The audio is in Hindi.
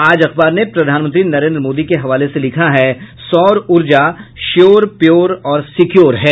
आज अखबार ने प्रधानमंत्री नरेंद्र मोदी के हवाले से लिखा है सौर ऊर्जा श्योर प्योर और सिक्योर है